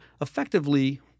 effectively